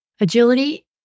Agility